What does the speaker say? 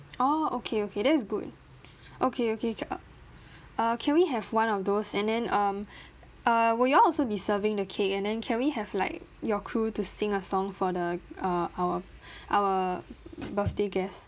orh okay okay that's good okay okay can uh uh can we have one of those and then um err would y'all also be serving the cake and then can we have like your crew to sing a song for the uh our our birthday guest